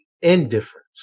indifference